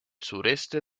sureste